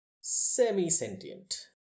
semi-sentient